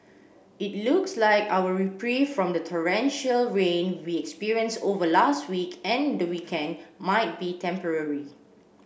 it looks like our reprieve from the torrential rain we experienced over last week and the weekend might be temporary